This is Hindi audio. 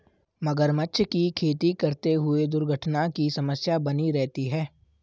मगरमच्छ की खेती करते हुए दुर्घटना की समस्या बनी रहती है